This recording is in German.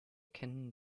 kennen